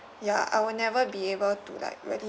ya I will never be able to like really